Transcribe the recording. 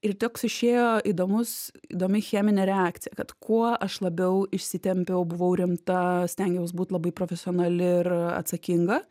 ir toks išėjo įdomus įdomi cheminė reakcija kad kuo aš labiau išsitempiau buvau rimta stengiaus būti labai profesionali ir atsakinga